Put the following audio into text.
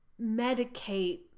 medicate